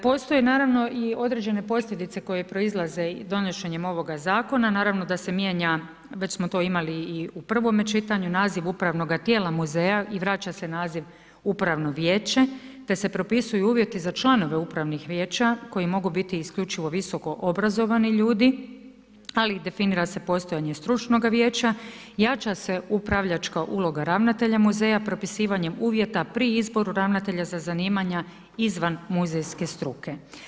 Postoje naravno i određene posljedice koje proizlaze donošenjem ovoga zakona, naravno da se mijenja, već smo to imali i u prvome čitanju, naziv upravnoga tijela muzeja i vraća se naziv upravno vijeće te se propisuju uvjeti za članove upravnih vijeća koji mogu biti isključivo visoko obrazovani ljudi, ali i definira se postojanje stručnoga vijeća, jača se upravljačka uloga ravnatelja muzeja propisivanjem uvjeta pri izboru ravnatelja za zanimanja izvan muzejske struke.